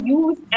use